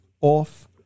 off